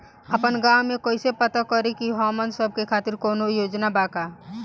आपन गाँव म कइसे पता करि की हमन सब के खातिर कौनो योजना बा का?